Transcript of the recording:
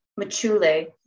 Machule